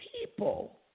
people